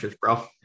bro